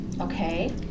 Okay